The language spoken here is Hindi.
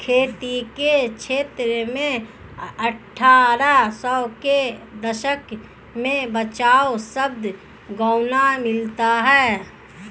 खेती के क्षेत्र में अट्ठारह सौ के दशक में बचाव शब्द गौण मिलता है